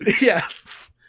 Yes